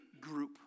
group